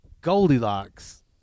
Goldilocks